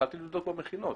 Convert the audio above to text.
התחלתי לבדוק במכינות